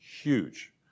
Huge